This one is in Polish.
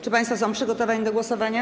Czy państwo są przygotowani do głosowania?